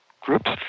groups